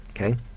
okay